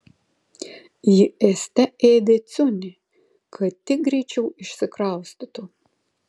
ji ėste ėdė ciunį kad tik greičiau išsikraustytų